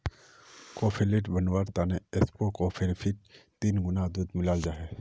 cafe latte बनवार तने espresso कोफ्फीत तीन गुणा दूध मिलाल जाहा